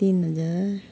तिन हजार